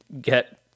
get